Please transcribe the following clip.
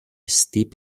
steep